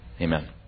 amen